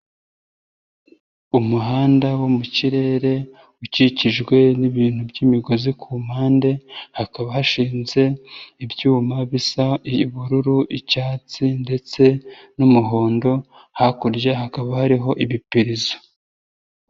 Umuhanda wo mu kirere ukikijwe n'ibintu by'imigozi ku mpande, hakaba hashinze ibyuma bisa ubururu, icyatsi ndetse n'umuhondo, hakurya hakaba hariho ibipirizo.